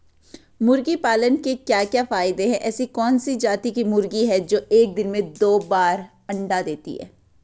मुर्गी पालन के क्या क्या फायदे हैं ऐसी कौन सी जाती की मुर्गी है जो एक दिन में दो बार अंडा देती है?